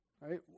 right